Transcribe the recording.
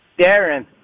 Darren